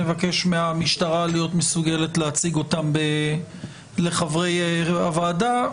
נבקש מהמשטרה להיות מסוגלת להציג אותם לחברי הוועדה.